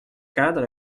cadre